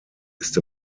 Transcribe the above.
ist